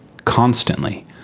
constantly